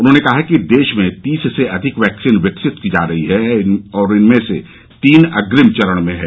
उन्होने कहा कि देश में तीस से अधिक वैक्सीन विकसित की जा रही है और इनमें से तीन अग्निम चरण में है